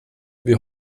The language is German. wir